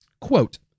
Quote